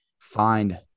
Find